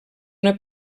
una